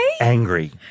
Angry